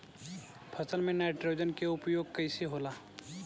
फसल में नाइट्रोजन के उपयोग कइसे होला?